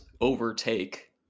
overtake